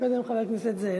קודם חבר הכנסת זאב.